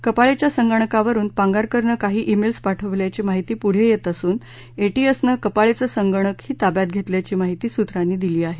कपाळेच्या संगणकावरून पांगारकरनं काही डेल्स पाठवल्याची माहिती पुढे येत असून एटीएसनं कपाळेचं संगणकही ताब्यात घेतल्याची माहिती सूत्रांनी दिली आहे